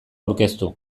aurkeztu